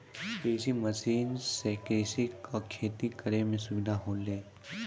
कृषि मसीन सें किसान क खेती करै में सुविधा होलय